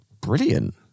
brilliant